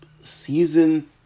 season